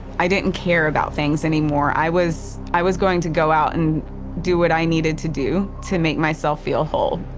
i didn't care about things anymore. i was i was going to go out and do what i needed to do to make myself feel whole.